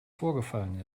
vorgefallen